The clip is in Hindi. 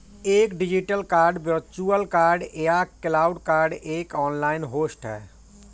एक डिजिटल कार्ड वर्चुअल कार्ड या क्लाउड कार्ड एक ऑनलाइन होस्ट है